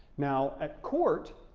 now, at court,